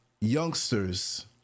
youngsters